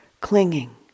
clinging